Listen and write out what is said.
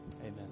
Amen